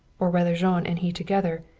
or rather jean and he together,